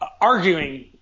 arguing